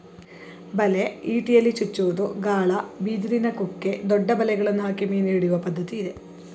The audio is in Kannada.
ಬಲೆ, ಇಟಿಯಲ್ಲಿ ಚುಚ್ಚುವುದು, ಗಾಳ, ಬಿದಿರಿನ ಕುಕ್ಕೆ, ದೊಡ್ಡ ಬಲೆಗಳನ್ನು ಹಾಕಿ ಮೀನು ಹಿಡಿಯುವ ಪದ್ಧತಿ ಇದೆ